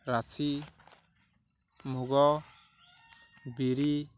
ରାଶି ମୁଗ ବିରି